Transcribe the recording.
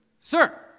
sir